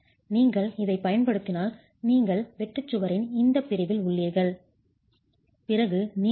நீங்கள் இதைப் பயன்படுத்தினால் நீங்கள் வெட்டுச் சுவரின் இந்தப் பிரிவில் உள்ளீர்கள் பிறகு நீங்கள் R காரணி 2